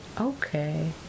okay